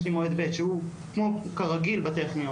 יש לי מועד ב' שהוא כמו כרגיל בטכניון.